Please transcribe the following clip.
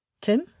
Tim